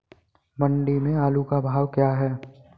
मंडी में आलू का भाव क्या है?